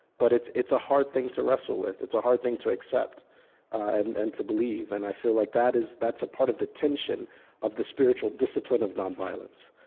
but it's it's a hard thing to wrestle with. it's a hard thing to accept and and to believe. and i feel like that is a part of the tension of the spiritual discipline of nonviolence.